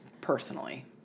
personally